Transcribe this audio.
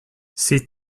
ces